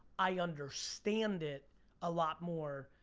i understand it a lot more.